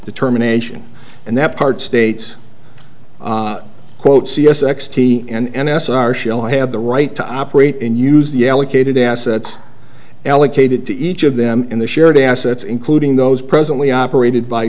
determination and that part states quote c s x t and s are she'll have the right to operate and use the allocated assets allocated to each of them in the shared assets including those presently operated by